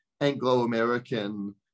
Anglo-American